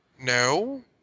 No